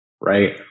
right